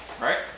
Right